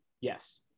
Yes